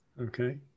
okay